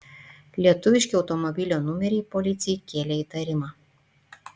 lietuviški automobilio numeriai policijai kėlė įtarimą